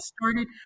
started